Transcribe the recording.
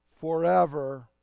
forever